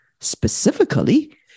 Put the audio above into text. Specifically